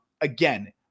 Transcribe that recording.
Again